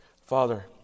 Father